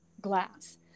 glass